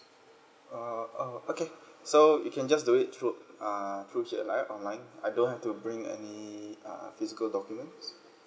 uh uh okay so you can just do it through uh through like online I don't have to bring any uh physical documents